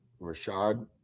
Rashad